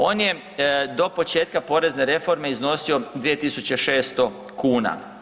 On je do početka porezne reforme iznosio 2.600 kuna.